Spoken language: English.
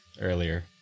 earlier